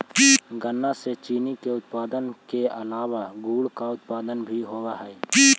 गन्ना से चीनी के उत्पादन के अलावा गुड़ का उत्पादन भी होवअ हई